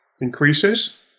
increases